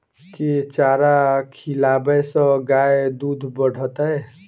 केँ चारा खिलाबै सँ गाय दुध बढ़तै?